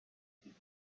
دیدیم